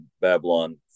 Babylon